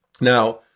Now